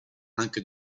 anche